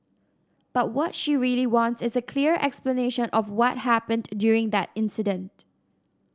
but what she really wants is a clear explanation of what happened during that incident